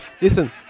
Listen